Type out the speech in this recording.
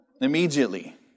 Immediately